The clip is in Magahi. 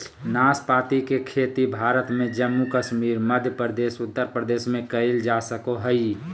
नाशपाती के खेती भारत में जम्मू कश्मीर, मध्य प्रदेश, उत्तर प्रदेश में कइल जा सको हइ